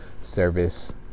service